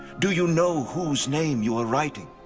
do you know whose name you are writing?